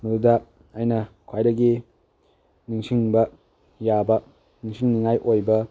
ꯃꯗꯨꯗ ꯑꯩꯅ ꯈ꯭ꯋꯥꯏꯗꯒꯤ ꯅꯤꯡꯁꯤꯡꯕ ꯌꯥꯕ ꯅꯤꯡꯁꯤꯡꯅꯤꯉꯥꯏ ꯑꯣꯏꯕ